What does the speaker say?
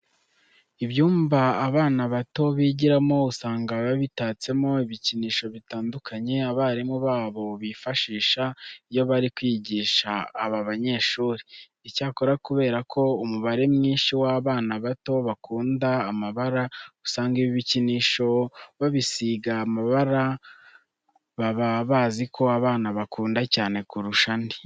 Ibyumba abana bato bigiramo usanga biba bitatsemo ibikinisho bitandukanye abarimu babo bifashisha iyo bari kwigisha aba banyeshuri. Icyakora kubera ko umubare mwinshi w'abana bato bakunda amabara, usanga ibi bikinisho babisiga amabara baba bazi ko abana bakunda cyane kurusha andi.